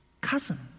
cousin